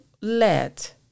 let